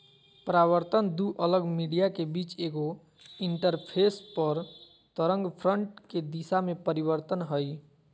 परावर्तन दू अलग मीडिया के बीच एगो इंटरफेस पर तरंगफ्रंट के दिशा में परिवर्तन हइ